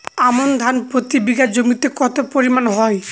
আমন ধান প্রতি বিঘা জমিতে কতো পরিমাণ হয়?